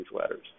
letters